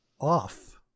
Off